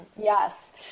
Yes